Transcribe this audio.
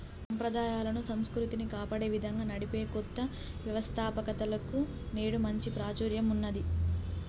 సంప్రదాయాలను, సంస్కృతిని కాపాడే విధంగా నడిపే కొత్త వ్యవస్తాపకతలకు నేడు మంచి ప్రాచుర్యం ఉన్నది